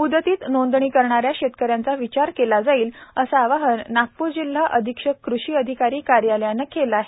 म्दतीत नोंदणी करणाऱ्या शेतकऱ्यांचा विचार केला जाईल असे आवाहन नागपूर जिल्हा अधिक्षक कृषि अधिकारी कार्यालयाने केले आहे